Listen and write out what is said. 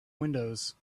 windows